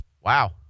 Wow